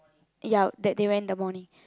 ya that they went in the morning